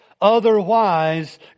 Otherwise